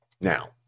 Now